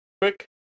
Quick